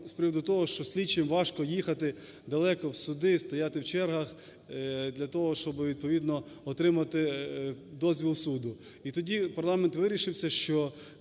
з приводу того, що слідчим важко їхати далеко в суди і стояти в чергах для того, щоб відповідно отримати дозвіл суду. І тоді парламент вирішив, що